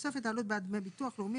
ובתוספת העלות בעד דמי ביטוח לאומי,